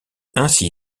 ainsi